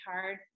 hard